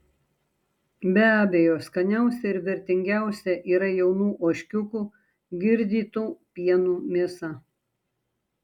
be abejo skaniausia ir vertingiausia yra jaunų ožkiukų girdytų pienu mėsa